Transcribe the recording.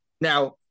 Now